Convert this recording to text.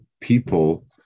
people